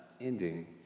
ending